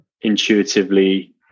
intuitively